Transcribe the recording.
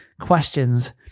Questions